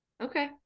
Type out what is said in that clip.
Okay